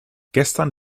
gestern